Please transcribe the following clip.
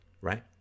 right